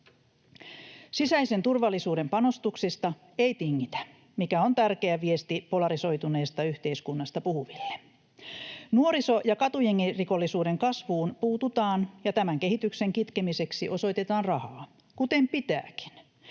Sisäisen turvallisuuden panostuksista ei tingitä, mikä on tärkeä viesti polarisoituneesta yhteiskunnasta puhuville. Nuoriso- ja katujengirikollisuuden kasvuun puututaan, ja tämän kehityksen kitkemiseksi osoitetaan rahaa, kuten pitääkin.